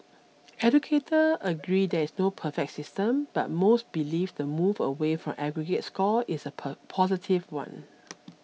educator agree there is no perfect system but most believe the move away from aggregate scores is a positive one